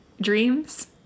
dreams